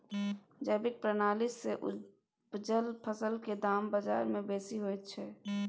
जैविक प्रणाली से उपजल फसल के दाम बाजार में बेसी होयत छै?